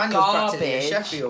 garbage